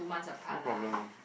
no problem one